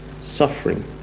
suffering